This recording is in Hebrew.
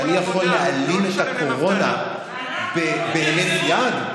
שאני יכול להעלים את הקורונה בהינף יד?